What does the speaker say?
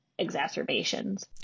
exacerbations